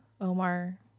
Omar